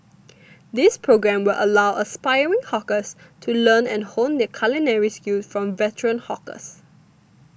this programme will allow aspiring hawkers to learn and hone their culinary skills from veteran hawkers